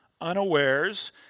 unawares